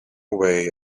away